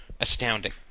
astounding